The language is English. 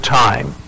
time